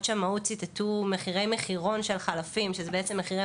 השמאות ציטטו את מחירי המחירון של החלפים שאלה בעצם מחירי